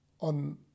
on